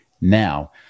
now